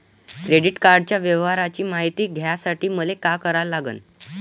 Credit कार्डाच्या व्यवहाराची मायती घ्यासाठी मले का करा लागन?